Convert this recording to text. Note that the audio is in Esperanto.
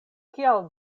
kial